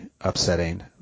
upsetting